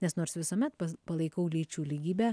nes nors visuomet palaikau lyčių lygybę